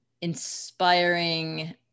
inspiring